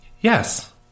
Yes